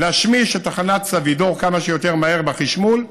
להשמיש את תחנת סבידור כמה שיותר מהר בחשמול,